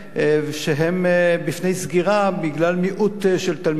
שעומדות בפני סגירה בגלל מיעוט תלמידים,